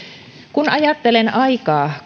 kun ajattelen aikaa